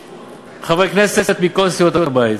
חתומים חברי כנסת מכל סיעות הבית: